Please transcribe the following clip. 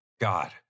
God